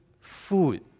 food